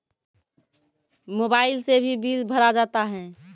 Mobile से भी bill भरा जाता हैं?